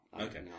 okay